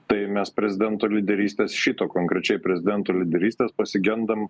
tai mes prezidento lyderystės šito konkrečiai prezidento lyderystės pasigendam